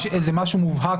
-- שיש בו איזה משהו מובהק,